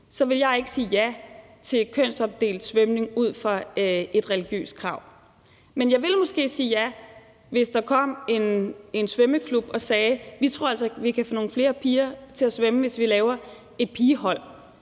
ville jeg ikke sige ja til kønsopdelt svømning ud fra et religiøst krav. Men jeg ville måske sige ja, hvis der kom en svømmeklub og sagde: Vi tror altså, vi kan få nogle flere piger til at svømme, hvis vi laver et pigehold.